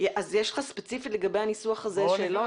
אז ספציפית לגבי הניסוח הזה יש לך שאלות?